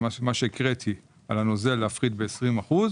מה שהקראתי לגבי הנוזל, להפחית ב-20 אחוזים